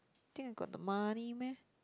think I got the money meh